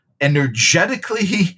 energetically